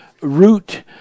root